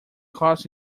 cost